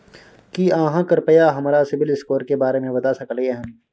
की आहाँ कृपया हमरा सिबिल स्कोर के बारे में बता सकलियै हन?